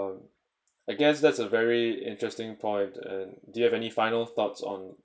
um I guess that's a very interesting point and do you have any final thoughts on